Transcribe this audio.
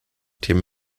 tim